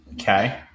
Okay